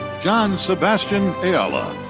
jan sebastian ayala.